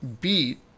beat